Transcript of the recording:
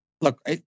look